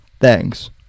thanks